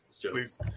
Please